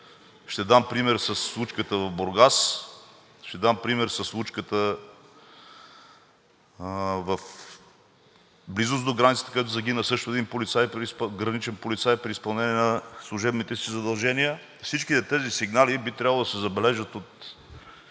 Ще дам пример със случката в Бургас, ще дам пример със случката в близост до границата, където загина също един граничен полицай при изпълнение на служебните си задължения. Всичките тези сигнали би трябвало да се забележат от